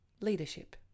leadership